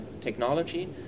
technology